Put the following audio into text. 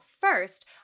first